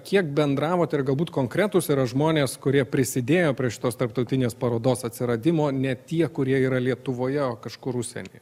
kiek bendravote ir galbūt konkretūs yra žmonės kurie prisidėjo prie šitos tarptautinės parodos atsiradimo ne tie kurie yra lietuvoje o kažkur užsieny